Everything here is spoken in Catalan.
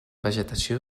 vegetació